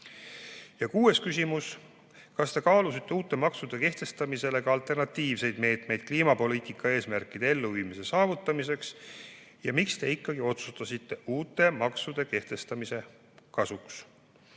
Kuues küsimus: "Kas te kaalusite uute maksude kehtestamisele ka alternatiivseid meetmeid kliimapoliitika eesmärkide elluviimise saavutamiseks ja miks te ikkagi otsustasite uute maksude kehtestamise kasuks?"